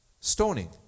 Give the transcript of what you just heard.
Stoning